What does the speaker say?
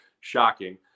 shocking